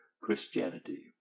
Christianity